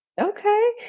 Okay